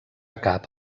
cap